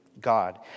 God